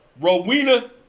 Rowena